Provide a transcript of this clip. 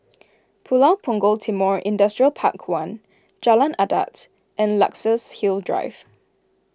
Pulau Punggol Timor Industrial Park one Jalan Adat and Luxus Hill Drive